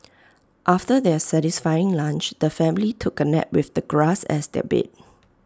after their satisfying lunch the family took A nap with the grass as their bed